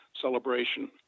celebration